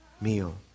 meal